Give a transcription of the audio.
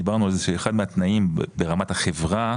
דיברנו על זה שאחד מהתנאים ברמת החברה